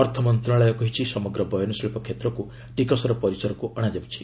ଅର୍ଥ ମନ୍ତ୍ରଣାଳୟ କହିଛି ସମଗ୍ର ବୟନ ଶିଳ୍ପ କ୍ଷେତ୍ରକୁ ଟିକସର ପରିସରକୁ ଅଣାଯାଉଛି